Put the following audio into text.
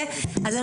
חד-קומתיים.